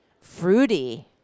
fruity